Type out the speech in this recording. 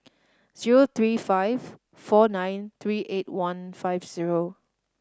zero three five four nine three eight one five zero